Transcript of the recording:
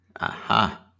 Aha